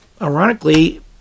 ironically